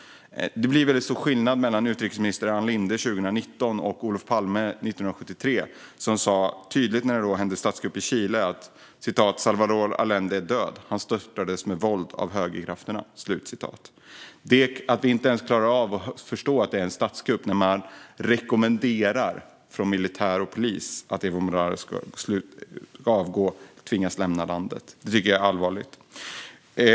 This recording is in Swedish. Det är stor skillnad mellan utrikesminister Ann Linde 2019 och statsminister Olof Palme 1973. När statskuppen skedde i Chile sa han tydligt: "Salvador Allende är död. Han störtades med våld av högerkrafterna." Att man inte klarar av att förstå att det är en statskupp när militär och polis i Bolivia "rekommenderar" Evo Morales att avgå och han tvingas lämna landet tycker jag är allvarligt.